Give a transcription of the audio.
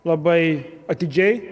labai atidžiai